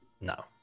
No